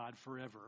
forever